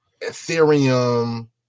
Ethereum